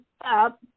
up